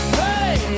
hey